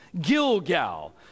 Gilgal